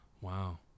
Wow